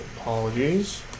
Apologies